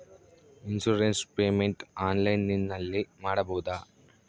Insurance payment ಆನ್ಲೈನಿನಲ್ಲಿ ಮಾಡಬಹುದಾ?